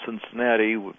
Cincinnati